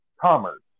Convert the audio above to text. commerce